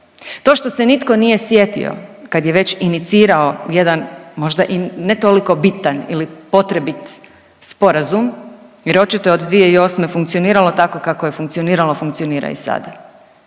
to što se nitko nije sjetio kad je već inicirao jedan možda i ne toliko bitan ili potrebit sporazum, jer je očito od 2008. funkcioniralo tako kako je funkcioniralo funkcionira i sada.